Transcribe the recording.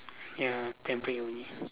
ya temporary only